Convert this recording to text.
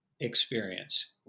experience